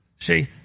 See